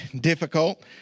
difficult